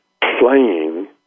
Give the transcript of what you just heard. playing